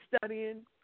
studying